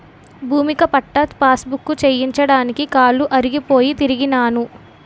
భూమిక patta passbook చేయించడానికి కాలు అరిగిపోయి తిరిగినాను